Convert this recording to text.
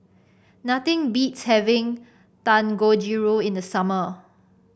nothing beats having Dangojiru in the summer